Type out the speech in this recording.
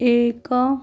ଏକ